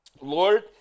Lord